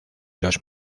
los